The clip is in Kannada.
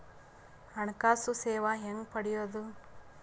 ಹಣಕಾಸು ಸೇವಾ ಹೆಂಗ ಪಡಿಯೊದ?